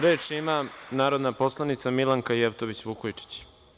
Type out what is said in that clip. Reč ima narodna poslanica Milanka Jevtović Vukojičić.